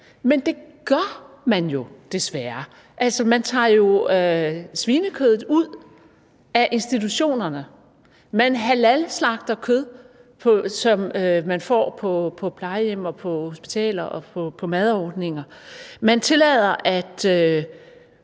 Men det gør man jo desværre. Man tager jo svinekødet ud af institutionerne, man serverer halalslagtet kød på plejehjem, hospitaler og madordninger, man tillader, at